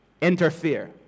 interfere